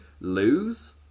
lose